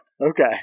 okay